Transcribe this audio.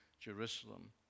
Jerusalem